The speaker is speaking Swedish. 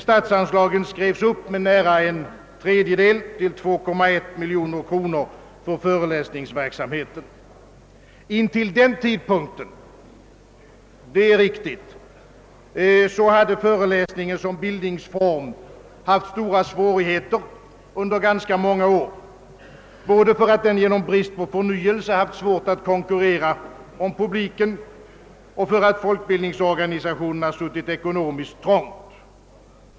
Statsanslaget skrevs upp med nära en tredjedel till 2,1 miljoner kronor för föreläsningsverksamheten. Intill denna tidpunkt — det är riktigt — hade föreläsningen som bildningsform haft stora svårigheter under ganska många år både därför att den genom brist på förnyelse haft svårt att konkurrera om publiken och därför att folkbildningsorganisationerna suttit ekonomiskt trångt.